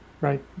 right